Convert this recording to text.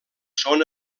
són